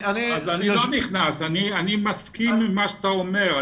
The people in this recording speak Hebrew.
אני לא נכנס, אני מסכים עם מה שאתה אומר.